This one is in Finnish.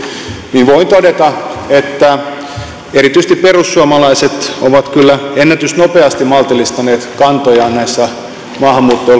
niin voin todeta että erityisesti perussuomalaiset ovat kyllä ennätysnopeasti maltillistaneet kantojaan näissä maahanmuutto